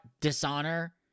dishonor